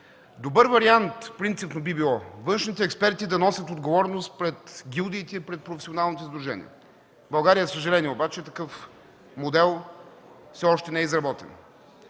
Добър вариант принципно би било външните експерти да носят отговорност пред гилдиите и пред професионалните сдружения. В България, за съжаление, обаче такъв модел все още не е изработен.